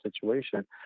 situation